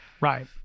right